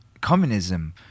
communism